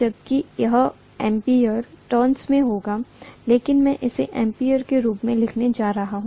जबकि यह ampere turns में होगा लेकिन मैं इसे एम्पीयर के रूप में लिखने जा रहा हूं